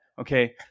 okay